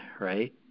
right